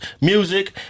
music